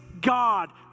God